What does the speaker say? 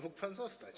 Mógł pan zostać.